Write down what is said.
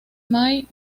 may